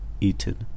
eaten